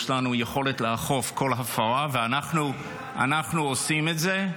יש לנו יכולת לאכוף כל הפרה, ואנחנו עושים את זה.